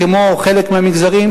כמו חלק מהמגזרים,